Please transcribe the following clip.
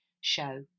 show